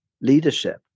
leadership